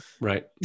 Right